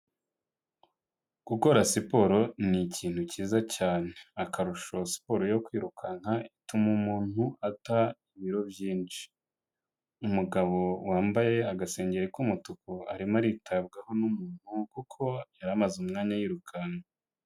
Gukora siporo ni ikintu cyiza cyane. Akarusha siporo yo kwirukanka ituma umuntu ata ibiro byinshi. Umugabo wambaye agasengeri k'umutuku arimo aritabwaho n'umuntu kuko yari amaze umwanya yirukanka.